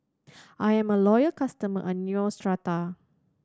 I'm a loyal customer of Neostrata